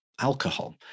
alcohol